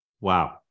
Wow